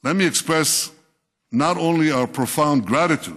let me express not only our profound gratitude,